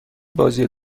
بازی